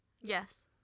Yes